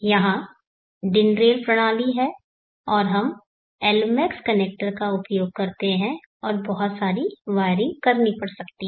यहां DIN rail प्रणाली है और हम एल्मेक्स कनेक्टर का उपयोग करते हैं और बहुत सारी वायरिंग करनी पड़ सकती है